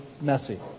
messy